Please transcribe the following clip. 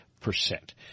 percent